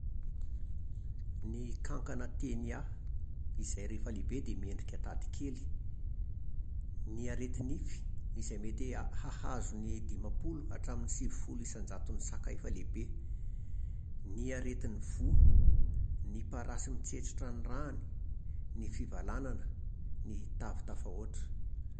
Ny kankana tenya izay rehefa lehibe dia miendrika tady kely, ny areti-nify izay mety h-hahazo ny dimampolo hatramin'ny sivifolo isanjaton'ny saka efa lehibe, ny aretin'ny voa, ny parasy mitsentsitra ny ràny, ny fivalànana, ny tavy tafahoatra